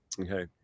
Okay